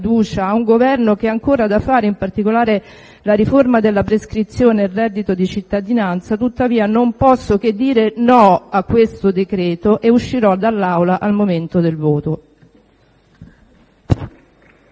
a un Governo che ha ancora da fare in particolare la riforma della prescrizione e il reddito di cittadinanza, tuttavia non posso che dire no a questo decreto-legge e pertanto uscirò dall'Aula al momento del voto.